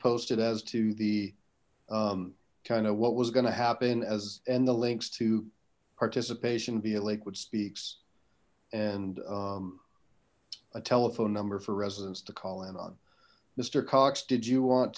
posted as to the kind of what was going to happen as and the links to participation via lakewood speaks and a telephone number for residents to call in on mister cox did you want